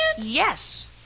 Yes